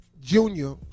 Junior